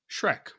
shrek